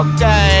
Okay